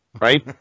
right